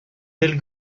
del